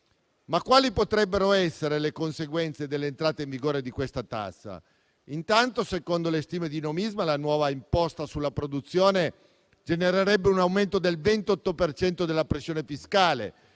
Quali potrebbero essere le conseguenze dell'entrata in vigore di questa tassa? Intanto, secondo le stime di Nomisma, la nuova imposta sulla produzione genererebbe un aumento del 28 per cento della pressione fiscale